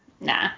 Nah